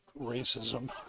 racism